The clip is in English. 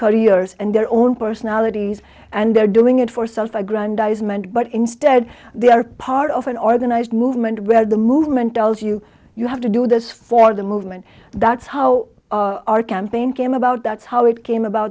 careers and their own personalities and they're doing it for self aggrandizement but instead they are part of an organized movement where the movement tells you you have to do this for the movement that's how our campaign came about that's how it came about